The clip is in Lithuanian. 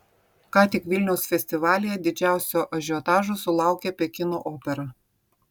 ką tik vilniaus festivalyje didžiausio ažiotažo sulaukė pekino opera